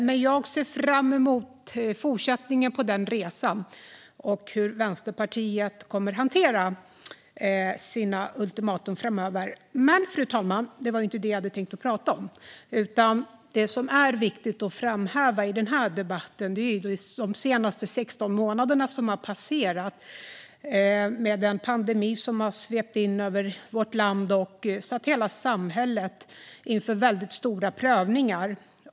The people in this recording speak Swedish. Men jag ser fram emot fortsättningen på den resan och hur Vänsterpartiet kommer att hantera sina ultimatum framöver. Men, fru talman, det var inte det som jag hade tänkt prata om. Det som är viktigt att framhäva i denna debatt är de senaste 16 månaderna med en pandemi som har svept in över vårt land och ställt hela samhället inför väldigt stora prövningar.